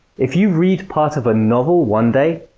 if you read part of a novel one day,